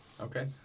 Okay